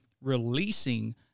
releasing –